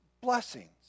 blessings